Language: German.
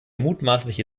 mutmaßliche